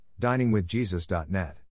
diningwithjesus.net